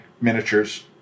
miniatures